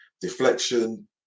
deflection